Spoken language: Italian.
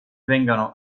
vengano